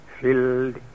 filled